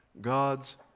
God's